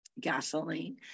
gasoline